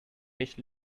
dish